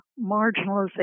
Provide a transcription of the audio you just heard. marginalization